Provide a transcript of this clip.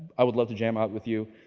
i would love to jam out with you.